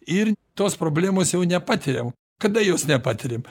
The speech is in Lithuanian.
ir tos problemos jau nepatiriam kada jos nepatyriam